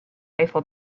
eiffel